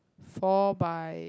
fall by